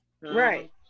right